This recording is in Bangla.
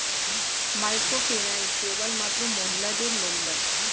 মাইক্রোফিন্যান্স কেবলমাত্র মহিলাদের লোন দেয়?